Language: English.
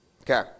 Okay